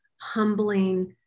humbling